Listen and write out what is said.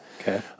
okay